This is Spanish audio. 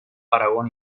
aragón